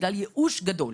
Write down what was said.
בגלל ייאוש גדול.